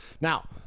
Now